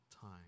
time